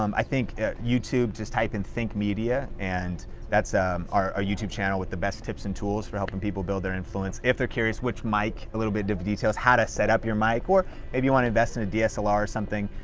um i think youtube, just type in think media, and that's our ah youtube channel with the best tips and tools for helping people build their influence. if they're curious which mic, a little bit of details, how to set up your mic, or maybe you wanna invest in a dslr or something,